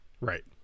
Right